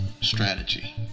strategy